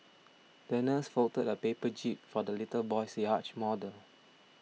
the nurse folded a paper jib for the little boy's yacht model